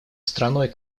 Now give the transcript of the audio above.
страной